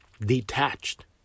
detached